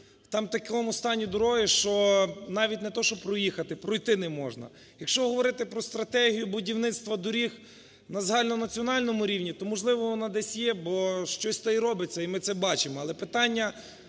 там у такому стані дороги, що навіть не те, що проїхати, пройти неможна. Якщо говорити про стратегію будівництва доріг на загальнонаціональному рівні, то можливо вона десь є, бо щось то й робиться, і ми це бачимо.